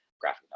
graphic